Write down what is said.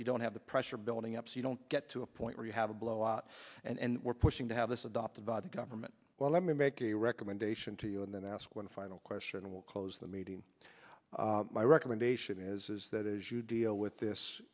you don't have the pressure building up so you don't get to a point where you have a blowout and we're pushing to have this adopted by the government well let me make a recommendation to you and then ask one final question will close the meeting my recommendation is that as you deal with this